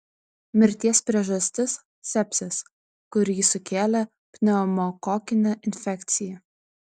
mirties priežastis sepsis kurį sukėlė pneumokokinė infekcija